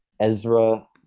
ezra